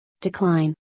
decline